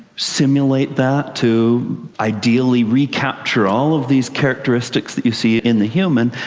simulate that to ideally recapture all of these characteristics that you see in the human,